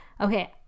okay